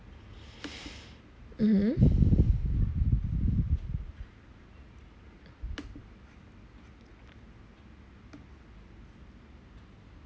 mmhmm